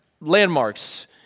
landmarks